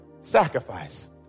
Sacrifice